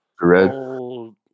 red